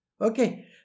Okay